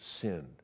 sinned